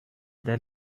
that